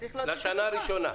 לפחות לשנה הראשונה.